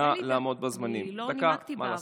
לא נימקתי בעבר.